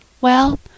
Well